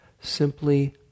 simply